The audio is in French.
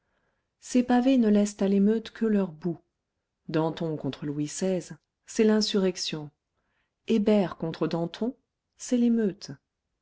ces pavés ne laissent à l'émeute que leur boue danton contre louis xvi c'est l'insurrection hébert contre danton c'est l'émeute